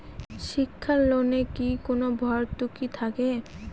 শিক্ষার লোনে কি কোনো ভরতুকি থাকে?